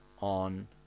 on